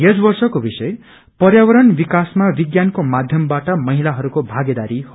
यस वर्षको विषय पर्यावरण विकासमा विज्ञानको माध्यमबाट महिलाहरूको भागेदारी हो